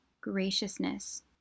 Graciousness